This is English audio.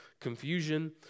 confusion